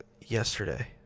yesterday